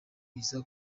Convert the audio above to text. iza